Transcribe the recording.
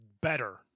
better